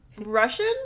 russian